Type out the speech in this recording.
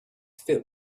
filled